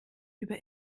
über